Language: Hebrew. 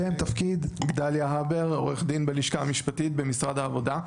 גדליה הבר, עורך דין בלשכה המשפטית במשרד העבודה,